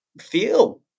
feel